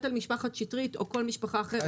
על משפחת שטרית או כל משפחה אחרת.